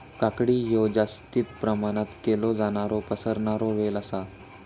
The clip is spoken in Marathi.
काकडी हयो जास्ती प्रमाणात केलो जाणारो पसरणारो वेल आसा